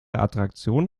attraktion